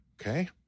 okay